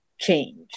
change